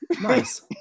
Nice